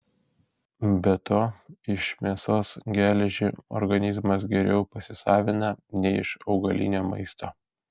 be to iš mėsos geležį organizmas geriau pasisavina nei iš augalinio maisto